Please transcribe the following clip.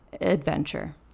Adventure